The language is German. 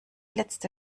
letzte